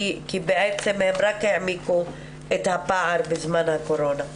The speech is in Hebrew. כי בעצם הן רק העמיקו את הפער בזמן הקורונה.